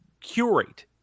curate